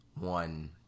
one